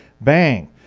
bang